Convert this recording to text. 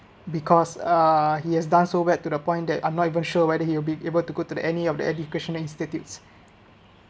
because uh he has done so bad to the point that I'm not even sure whether he'll be able to go to the any of the education institutes